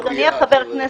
אדוני חבר הכנסת,